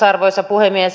arvoisa puhemies